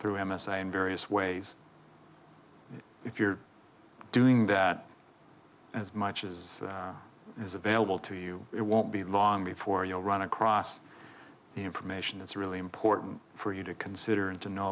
through m s a in various ways if you're doing that as much as is available to you it won't be long before you'll run across the information that's really important for you to consider and to know